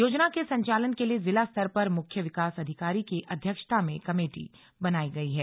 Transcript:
योजना के संचालन के लिये जिला स्तर पर मुख्य विकास अधिकारी की अध्यक्षता में कमेटी बनायी गयी है